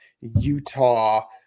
Utah